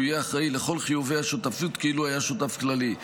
הוא יהיה אחראי לכל חיובי השותפות כאילו היה שותף כללי.